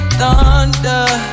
thunder